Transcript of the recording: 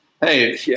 Hey